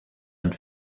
and